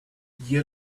you